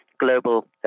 global